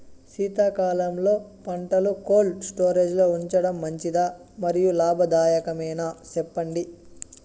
శీతాకాలంలో పంటలు cold storage లో ఉంచడం మంచిదా? మరియు లాభదాయకమేనా, సెప్పండి